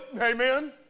Amen